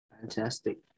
Fantastic